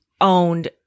owned